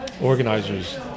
organizers